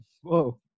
Whoa